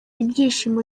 ibyishimo